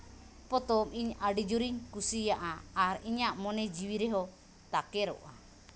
ᱯᱚᱛᱚᱵ ᱤᱧ ᱟᱹᱰᱤ ᱡᱳᱨᱤᱧ ᱠᱩᱥᱤᱭᱟᱜᱼᱟ ᱟᱨ ᱤᱧᱟᱹᱜ ᱢᱚᱱᱮ ᱡᱤᱣᱤ ᱨᱮᱦᱚᱸ ᱛᱟᱠᱮᱨᱚᱜᱼᱟ